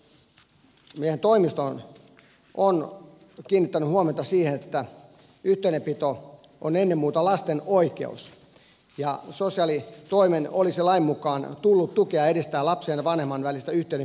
asianomainen huomio on siinä että oikeusasiamiehen toimisto on kiinnittänyt huomiota siihen että yhteydenpito on ennen muuta lasten oikeus ja sosiaalitoimen olisi lain mukaan tullut tukea ja edistää lapsen ja vanhemman välistä yhteydenpitoa